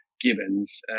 gibbons